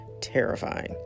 terrifying